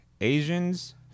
Asians